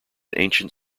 ancient